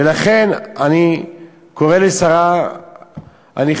ולכן אני קורא לשרה הנכבדה,